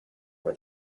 were